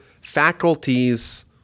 faculties